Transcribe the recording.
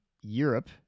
Europe